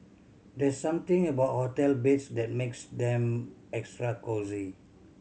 there's something about hotel beds that makes them extra cosy